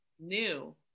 new